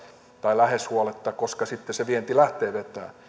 tai lähes huoletta koska sitten se vienti lähtee vetämään